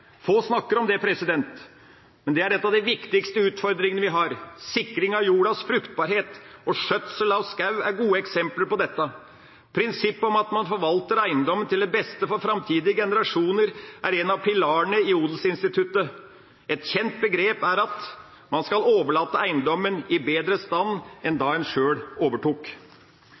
få snakker om det, men det er en av de viktigste utfordringene vi har – og skjøtsel av skog er gode eksempler på dette. Prinsippet om at man forvalter eiendommen til det beste for framtidige generasjoner, er en av pilarene i odelsinstituttet. Et kjent begrep er at man skal overlate eiendommen i bedre stand enn da en sjøl overtok.